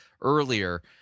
earlier